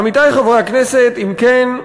עמיתי חברי הכנסת, אם כן,